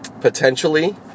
potentially